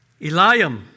Eliam